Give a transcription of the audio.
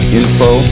info